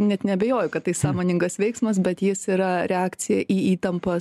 net neabejoju kad tai sąmoningas veiksmas bet jis yra reakcija į įtampas